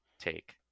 take